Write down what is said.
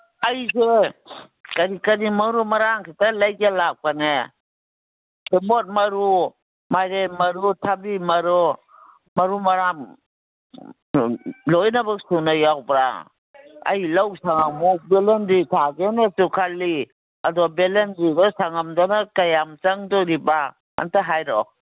ꯑꯩꯁꯦ ꯀꯔꯤ ꯀꯔꯤ ꯃꯔꯨ ꯃꯔꯥꯡ ꯈꯤꯇ ꯂꯩꯒꯦ ꯂꯥꯛꯄꯅꯦ ꯁꯦꯕꯣꯠ ꯃꯔꯨ ꯃꯥꯏꯔꯦꯟ ꯃꯔꯨ ꯊꯕꯤ ꯃꯔꯨ ꯃꯔꯨ ꯃꯔꯥꯡ ꯂꯣꯏꯅꯃꯛ ꯁꯨꯅ ꯌꯥꯎꯕ꯭ꯔꯥ ꯑꯩ ꯂꯧ ꯁꯪꯉꯝꯃꯨꯛ ꯕꯦꯂꯦꯟꯗ꯭ꯔꯤ ꯊꯥꯒꯦꯅꯁꯨ ꯈꯜꯂꯤ ꯑꯗꯣ ꯕꯦꯂꯦꯟꯗ꯭ꯔꯤꯗꯣ ꯁꯪꯉꯝꯗꯅ ꯀꯌꯥꯝ ꯆꯪꯗꯣꯔꯤꯕ ꯑꯝꯇ ꯍꯥꯏꯔꯛꯑꯣ